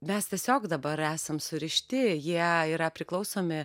mes tiesiog dabar esam surišti jie yra priklausomi